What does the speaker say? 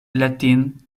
latin